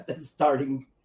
starting